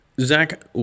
Zach